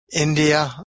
India